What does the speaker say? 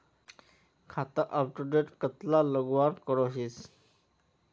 खाता अपटूडेट कतला लगवार करोहीस?